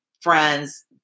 friends